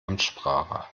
amtssprache